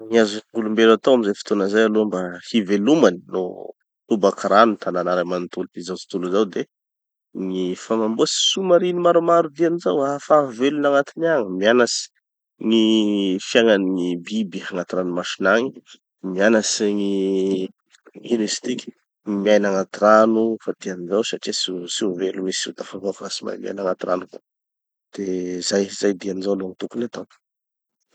Gny azon'ny gn'olom-belo atao amizay fotoana zay aloha mba hivelomany no tobaky rano tanana ray manontolo ty zao tontolo zao de gny fa mamboatsy sous-marines maromaro diany zao hahafaha mivelon'agnatiny agny, mianatsy gny fiagnan'ny gny biby agnaty ranomasina agny, mianatsy gny, ino izy tiky, gny miaina agnaty rano fa diany zao satria tsy ho tsy ho velo mihitsy tsy ho tafavoaky raha tsy mahay miaina agnaty rano koa. De zay, zay diany zao gny tokony hatao.